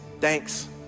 thanks